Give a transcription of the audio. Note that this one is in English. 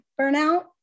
burnout